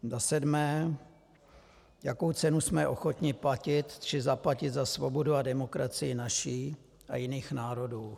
Za sedmé: Jakou cenu jsme ochotni platit či zaplatit za svobodu a demokracii naši a jiných národů?